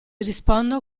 rispondo